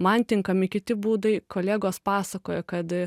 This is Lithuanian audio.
man tinkami kiti būdai kolegos pasakoja kad